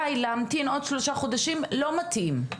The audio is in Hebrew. די! להמתין עוד שלושה חודשים לא מתאים,